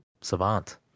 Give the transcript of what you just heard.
savant